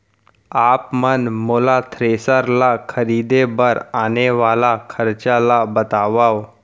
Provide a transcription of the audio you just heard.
आप मन मोला थ्रेसर ल खरीदे बर आने वाला खरचा ल बतावव?